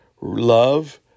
love